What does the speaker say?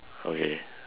okay